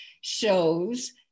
shows